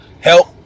Help